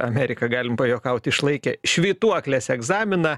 amerika galim pajuokauti išlaikė švytuoklės egzaminą